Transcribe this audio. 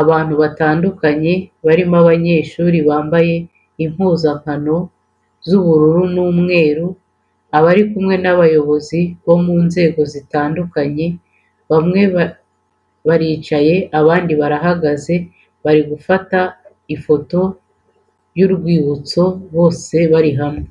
abantu batandukanye barimo abanyeshuri bambaye impuzankano z'ubururu n'umweru, bari kumwe n'abayobozi bo mu nzego zitandukanye bamwe baricaye abandi barahagaze, bari gufata ifoto y'urwibutso bose bari hamwe.